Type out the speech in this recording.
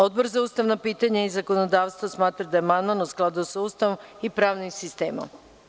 Odbor za ustavna pitanja i zakonodavstvo smatra da je amandman u skladu sa Ustavom i pravnim sistemom.